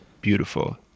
beautiful